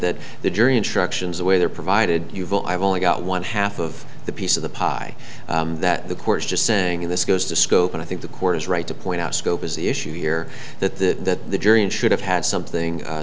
that the jury instructions the way they're provided yuval i've only got one half of the piece of the pie that the court's just saying this goes to scope and i think the court is right to point out scope is the issue here that that the jury and should have had something